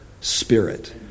Spirit